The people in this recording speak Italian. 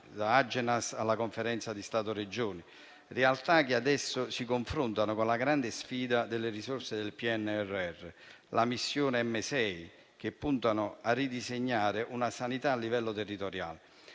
(da Agenas alla Conferenza Stato-Regioni), che adesso si confrontano con la grande sfida delle risorse del PNRR (Missione 6), che puntano a ridisegnare una sanità a livello territoriale.